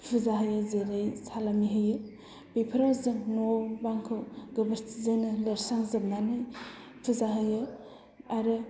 फुजा होयो जेरै सालामि होयो बेफोराव जों न' बांखौ गोबोरखिजोंनो लिरस्रांजोबनानै फुजा होयो आरो